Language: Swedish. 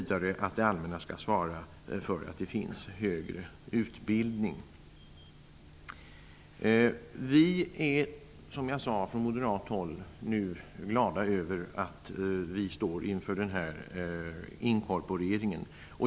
Det allmänna skall svara för att det finns högre utbildning. Vi är som jag sade från moderat håll nu glada över att vi står inför denna inkorporering.